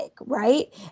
right